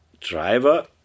driver